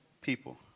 people